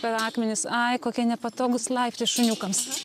per akmenis ai kokie nepatogūs laiptai šuniukams